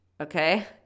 okay